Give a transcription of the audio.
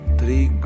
three